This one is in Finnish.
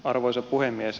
arvoisa puhemies